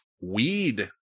weed